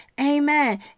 Amen